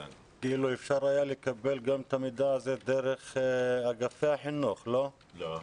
אפשר היה לקבל את המידע דרך אגפי החינוך, לא?